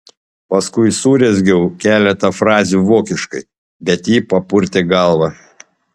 paskui surezgiau keletą frazių vokiškai bet ji papurtė galvą